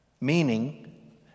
Meaning